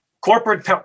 corporate